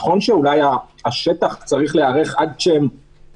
נכון שאולי השטח צריך להיערך ולוקח זמן עד שהגורמים